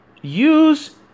Use